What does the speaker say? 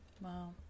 Wow